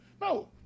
No